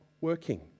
working